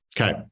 okay